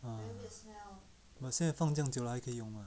orh so you 放这样煮还可以